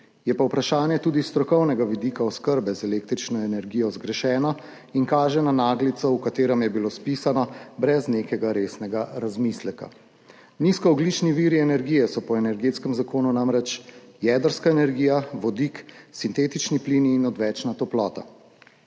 Je pa vprašanje tudi s strokovnega vidika oskrbe z električno energijo zgrešeno in kaže na naglico, v kateri je bilo spisano, brez nekega resnega razmisleka. Nizkoogljični viri energije so po Energetskem zakonu namreč jedrska energija, vodik, sintetični plini in odvečna toplota.